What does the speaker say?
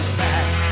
back